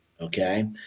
Okay